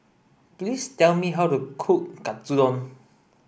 please tell me how to cook Katsudon